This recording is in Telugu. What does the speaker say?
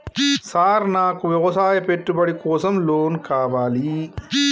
సార్ నాకు వ్యవసాయ పెట్టుబడి కోసం లోన్ కావాలి?